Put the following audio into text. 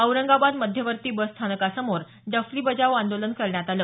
औरंगाबाद मध्यवर्ती बसस्थानकासमोर डफली बजाओ आंदोलन करण्यात आलं